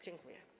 Dziękuję.